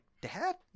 Dad